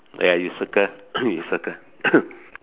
ya you circle you circle